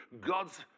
God's